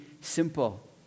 simple